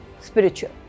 Spiritual